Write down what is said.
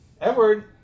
Edward